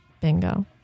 Bingo